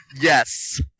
Yes